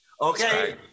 okay